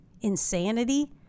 insanity